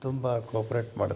ತುಂಬ ಕೋಪ್ರೇಟ್ ಮಾಡುತ್ತೆ